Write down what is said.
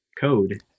code